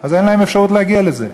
אין להם אפשרות להגיע לזה.